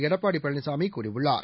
எடப்பாடிபழனிசாமிகூறியுள்ளார்